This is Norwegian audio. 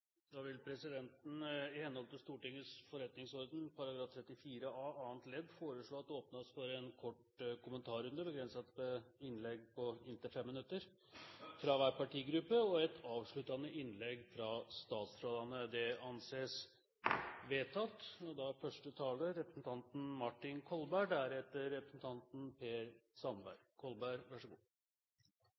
Da vil presidenten, i henhold til Stortingets forretningsorden § 34 a annet ledd, foreslå at det åpnes for en kort kommentarrunde begrenset til innlegg på inntil 5 minutter fra hver partigruppe og et avsluttende innlegg fra statsrådene. – Det anses vedtatt. Jeg vil takke for to svært gode og